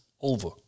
over